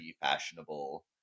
fashionable